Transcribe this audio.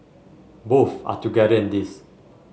both are together in this